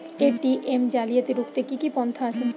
ATM জালিয়াতি রুখতে কি কি পন্থা আছে?